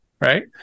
Right